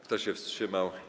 Kto się wstrzymał?